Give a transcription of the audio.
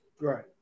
Right